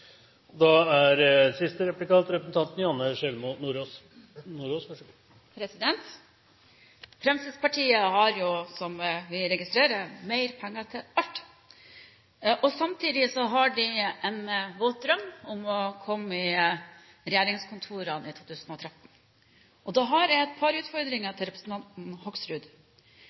Fremskrittspartiet har jo som vi registrerer, mer penger til alt. Samtidig har de en våt drøm om å komme inn i regjeringskontorene i 2013. Da har jeg et par utfordringer til representanten Hoksrud.